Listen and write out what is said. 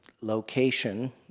location